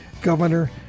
Governor